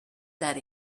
that